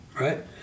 right